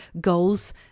goals